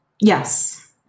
Yes